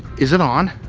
is it on?